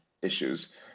issues